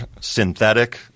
synthetic